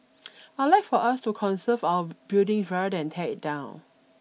I'd like for us to conserve our buildings rather than tear it down